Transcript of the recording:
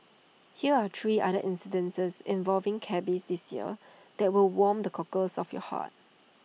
hear are three other incidents involving cabbies this year that will warm the cockles of your heart